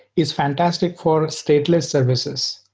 is fantastic for stateless services.